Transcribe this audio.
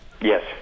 Yes